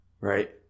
Right